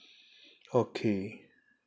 okay